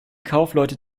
kaufleute